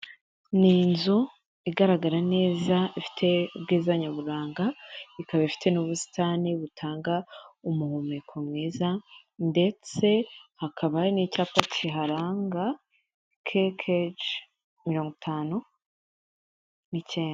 Ni inzu igaragara neza ifite ubwiza nyaburanga, ikaba ifite n'ubusitani butanga umuhumeko mwiza. ndetse hakaba n'icyapa kiharanga KK 59.